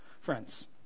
Friends